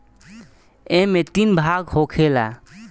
ऐइमे तीन भाग होखेला